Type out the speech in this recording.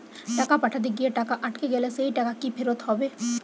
টাকা পাঠাতে গিয়ে টাকা আটকে গেলে সেই টাকা কি ফেরত হবে?